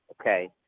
okay